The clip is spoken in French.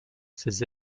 ses